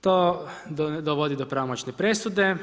To dovodi do pravomoćne presude.